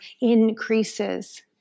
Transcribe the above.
increases